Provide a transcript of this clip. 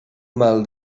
mal